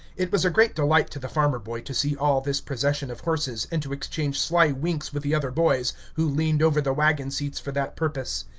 it was a great delight to the farmer-boy to see all this procession of horses, and to exchange sly winks with the other boys, who leaned over the wagon-seats for that purpose.